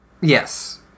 Yes